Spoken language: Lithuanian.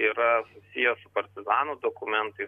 yra tie su partizanų dokumentais